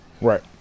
Right